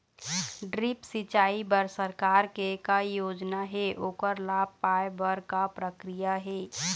Drip सिचाई बर सरकार के का योजना हे ओकर लाभ पाय बर का प्रक्रिया हे?